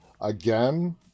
Again